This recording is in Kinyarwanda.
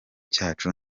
cyacu